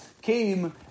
came